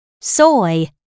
soy